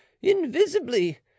invisibly